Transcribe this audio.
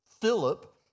Philip